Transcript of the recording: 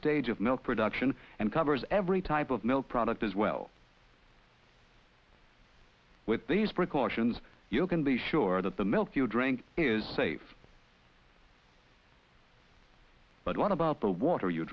stage of milk production and covers every type of milk product as well with these precautions you can be sure that the milk you drink is safe but what about the water you